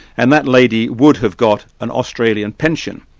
and that lady would have got an australian pension.